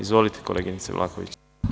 Izvolite, koleginice Vlahović.